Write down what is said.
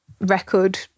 record